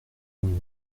mais